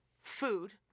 food